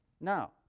Now